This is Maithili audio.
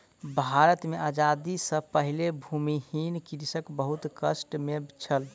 भारत मे आजादी सॅ पहिने भूमिहीन कृषक बहुत कष्ट मे छल